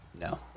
No